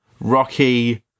Rocky